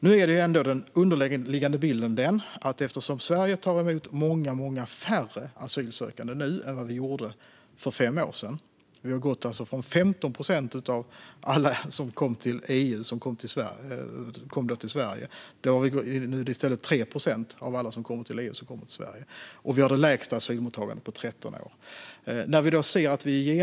Nu är den underliggande bilden att Sverige tar emot många färre asylsökande än vi gjorde för fem år sedan. Vi har gått från att 15 procent av alla som kom till EU kom till Sverige till att 3 procent av alla som kommer till EU kommer till Sverige. Vi har det lägsta asylmottagandet på 13 år.